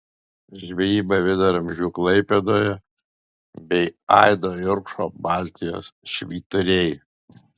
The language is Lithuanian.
žvejyba viduramžių klaipėdoje bei aido jurkšto baltijos švyturiai